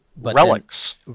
Relics